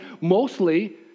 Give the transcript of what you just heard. mostly